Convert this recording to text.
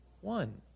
One